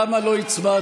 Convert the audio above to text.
למה לא הצבעתי?